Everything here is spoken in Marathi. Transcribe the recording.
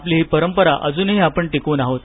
आपली हि परंपरा अजूनहि आपण टिकवून आहोत